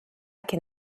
can